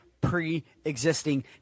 pre-existing